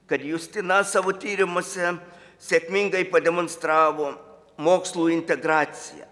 kad justina savo tyrimuose sėkmingai pademonstravo mokslų integraciją